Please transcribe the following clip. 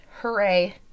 hooray